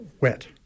wet